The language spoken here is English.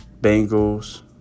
Bengals